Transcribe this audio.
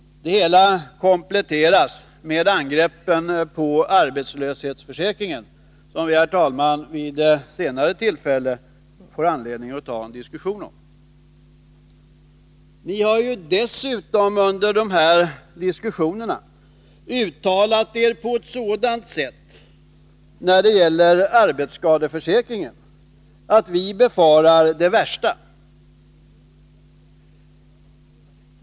Det hela kompletteras med angreppen på arbetslöshetsförsäkringen, som vi, herr talman, vid senare tillfälle får anledning att ta diskussion om. Ni har dessutom under de här diskussionerna uttalat er på ett sådant sätt när det gäller arbetsskadeförsäkringen att vi befarar det värsta.